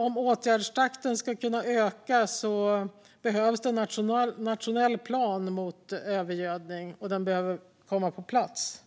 Om åtgärdstakten ska kunna öka behövs en nationell plan mot övergödning, och den behöver komma på plats.